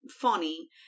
funny